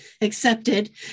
accepted